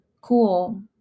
cool